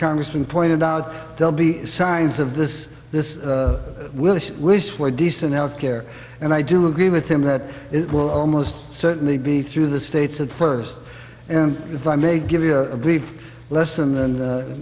congressman pointed out they'll be signs of this this will wish for decent health care and i do agree with him that it will almost certainly be through the states at first and if i may give you a brief lesson th